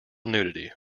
nudity